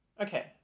Okay